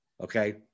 Okay